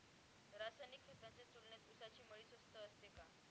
रासायनिक खतांच्या तुलनेत ऊसाची मळी स्वस्त असते का?